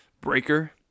Breaker